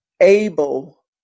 able